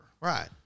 Right